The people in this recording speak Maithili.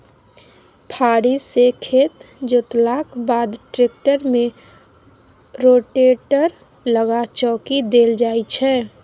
फारी सँ खेत जोतलाक बाद टेक्टर मे रोटेटर लगा चौकी देल जाइ छै